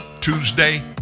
Tuesday